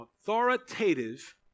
authoritative